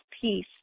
peace